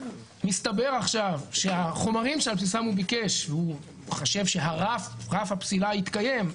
מסתבר עכשיו שהחומרים שעל בסיסם הוא ביקש והוא חשב שרף הפסילה יתקיים,